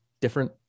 different